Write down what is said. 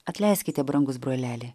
atleiskite brangus broleli